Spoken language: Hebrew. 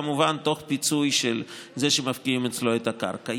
כמובן תוך פיצוי של זה שמפקיעים אצלו את הקרקע.